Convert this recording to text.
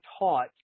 taught